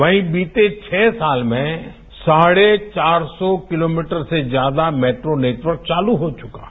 वहीं बीते छह साल में साढ़े चार सौ किलोमीटर से ज्यादा मेट्रो नेटवर्क चालू हो चुका है